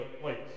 place